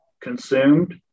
consumed